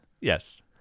Yes